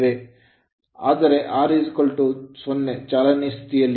ಆದರೆ R0 ಚಾಲನೆಯಲ್ಲಿರುವ ಸ್ಥಿತಿಯಲ್ಲಿ